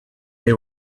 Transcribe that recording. they